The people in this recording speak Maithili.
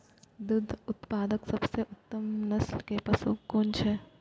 दुग्ध उत्पादक सबसे उत्तम नस्ल के पशु कुन छै?